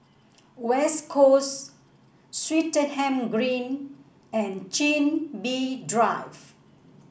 West Coast Swettenham Green and Chin Bee Drive